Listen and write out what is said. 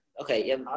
Okay